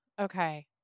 Okay